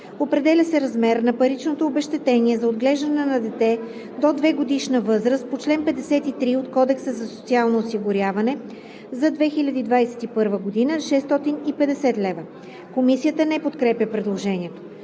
Определя се размер на паричното обезщетение за отглеждане на дете до 2-годишна възраст по чл. 53 от Кодекса за социално осигуряване за 2021 г. – 650 лв.“ Комисията не подкрепя предложението